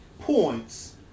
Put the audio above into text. points